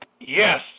Yes